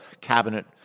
cabinet